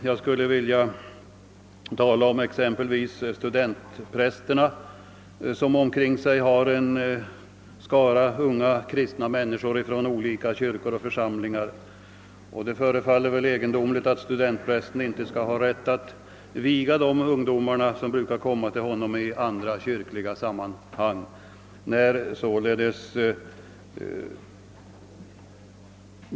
Jag kan erinra om studentprästerna som omkring sig har en skara unga kristna människor från olika kyrkor och församlingar. Det förefaller egendomligt att studentpräster enligt gällande förordning inte har rätt att viga de ungdomar som brukar komma till dem i andra kyrkliga sammanhang.